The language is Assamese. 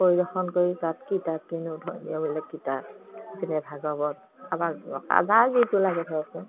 পৰিদৰ্শন কৰি তাত কিতাপ কিনো ধৰ্মীয় এইবিলাক কিতাপ যেনে ভাগৱত কাৰোবাৰ যাক যিটো লাগে ধৰকচোন